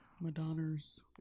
Madonna's